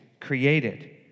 created